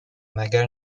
مگر